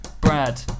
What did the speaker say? Brad